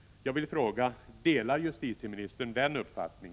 Jag vill fråga: Delar justitieministern denna uppfattning?